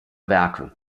werke